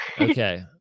Okay